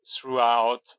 throughout